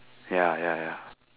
ya ya ya